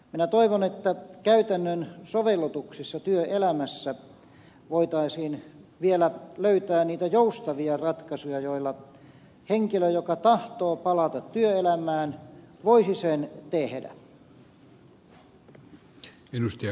minä toivon että käytännön sovellutuksissa työelämässä voitaisiin vielä löytää niitä joustavia ratkaisuja joilla henkilö joka tahtoo palata työelämään voisi sen tehdä